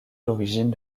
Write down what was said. d’origine